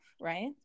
right